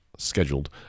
scheduled